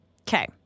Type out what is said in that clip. Okay